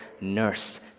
nurse